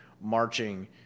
marching